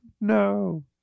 no